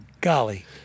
golly